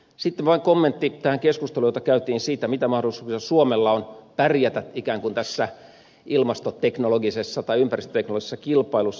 sitten vain kommentti tähän keskusteluun jota käytiin siitä mitä mahdollisuuksia suomella on pärjätä ikään kuin tässä ilmastoteknologisessa tai ympäristöteknologisessa kilpailussa